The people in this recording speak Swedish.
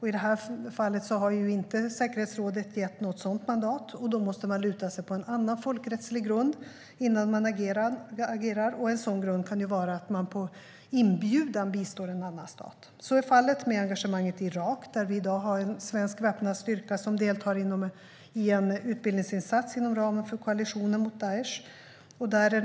I det här fallet har säkerhetsrådet inte gett något sådant mandat, och då måste man luta sig på en annan folkrättslig grund innan man agerar. En sådan grund kan vara att man på inbjudan bistår en annan stat. Så är fallet med engagemanget i Irak, där vi i dag har en svensk väpnad styrka som deltar i en utbildningsinsats inom ramen för koalitionen mot Daish.